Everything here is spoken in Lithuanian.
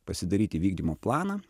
pasidaryti vykdymo planą